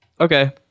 Okay